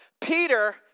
Peter